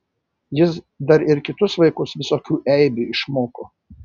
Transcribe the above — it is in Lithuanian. jis dar ir kitus vaikus visokių eibių išmoko